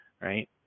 right